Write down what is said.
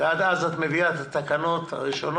ועד אז את מביאה את התקנות הראשונות.